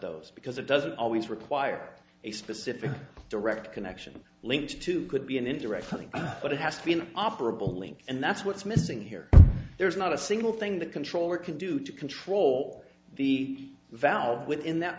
those because it doesn't always require a specific direct connection link to could be an indirect link but it has been operable link and that's what's missing here there's not a single thing the controller can do to control the valve within that